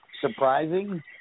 surprising